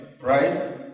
right